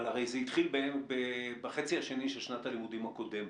הרי זה התחיל בחצי השני של שנת הלימודים הקודמת.